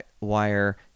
wire